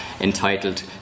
entitled